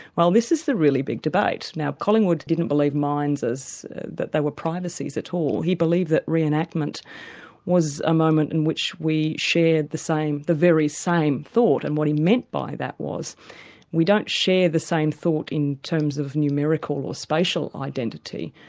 well this is the really big debate. now collingwood didn't believe minds that they were privacies at all, he believed that re-enactment was a moment in which we share the same, the very same thought, and what he meant by that was we don't share the same thought in terms of numerical or spatial identity,